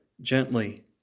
gently